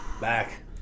back